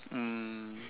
um